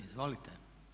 Izvolite.